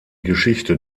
geschichte